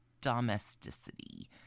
domesticity